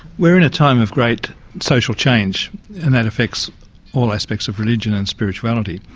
we're in a time of great social change and that affects all aspects of religion and spirituality.